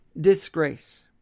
disgrace